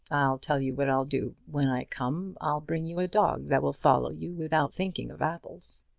i'll tell you what i'll do when i come, i'll bring you a dog that will follow you without thinking of apples.